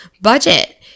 budget